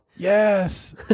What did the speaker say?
yes